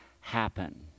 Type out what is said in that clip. happen